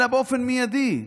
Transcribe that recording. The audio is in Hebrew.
אלא באופן מיידי.